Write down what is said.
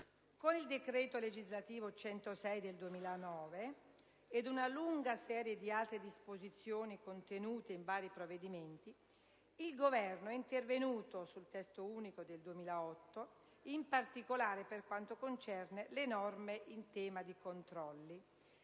Con il decreto legislativo n. 106 del 2009 ed una lunga serie di altre disposizioni contenute in vari provvedimenti, il Governo è intervenuto sul testo unico del 2008, in particolare per quanto concerne le norme in tema di controlli,